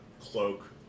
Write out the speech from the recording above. cloak